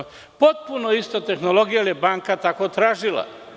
To je potpuno ista tehnologija, ali je banka tako tražila.